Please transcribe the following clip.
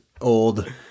old